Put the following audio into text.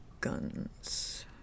guns